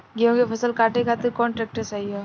गेहूँ के फसल काटे खातिर कौन ट्रैक्टर सही ह?